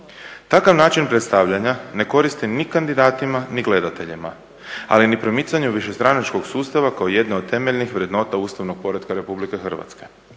Takav način predstavljanja ne koristi ni kandidatima ni gledateljima, ali ni promicanju višestranačkog sustava kao jedne od temeljnih vrednota ustavnog poretka RH.